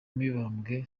mibambwe